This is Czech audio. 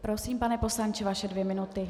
Prosím, pane poslanče, vaše dvě minuty.